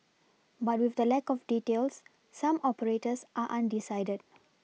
but with the lack of details some operators are undecided